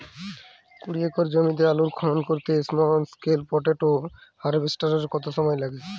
কুড়ি একর জমিতে আলুর খনন করতে স্মল স্কেল পটেটো হারভেস্টারের কত সময় লাগবে?